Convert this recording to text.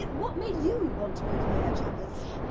what made you want to move here, chappers?